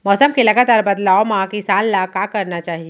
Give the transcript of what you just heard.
मौसम के लगातार बदलाव मा किसान ला का करना चाही?